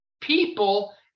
people